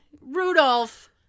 Rudolph